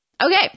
Okay